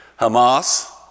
Hamas